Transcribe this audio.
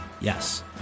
Yes